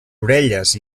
orelles